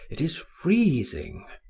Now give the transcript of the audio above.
it is freezing!